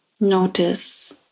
Notice